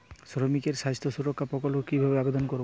শ্রমিকের স্বাস্থ্য সুরক্ষা প্রকল্প কিভাবে আবেদন করবো?